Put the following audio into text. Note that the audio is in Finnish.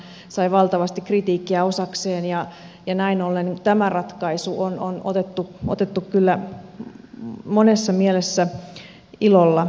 mediamaksuhan aikanaan sai valtavasti kritiikkiä osakseen ja näin ollen tämä ratkaisu on otettu kyllä monessa mielessä ilolla vastaan